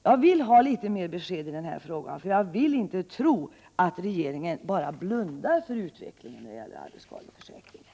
Jag vill ha litet mer besked — för jag vill inte tro att regeringen bara blundar för utvecklingen när det gäller arbetsskadeförsäkringen.